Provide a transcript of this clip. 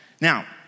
Now